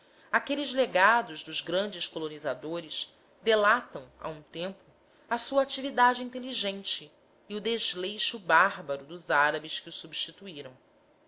aqueles legados dos grandes colonizadores delatam a um tempo a sua atividade inteligente e o desleixo bárbaro dos árabes que os substituíram